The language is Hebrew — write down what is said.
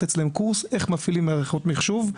אצלם קורס איך מפעילים מערכות מחשוב.